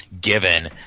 given